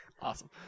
awesome